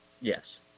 Yes